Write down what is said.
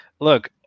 Look